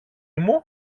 μου